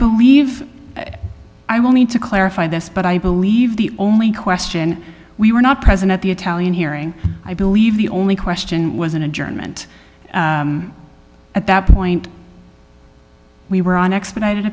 believe i will need to clarify this but i believe the only question we were not present at the italian hearing i believe the only question was an adjournment at that point we were on expedited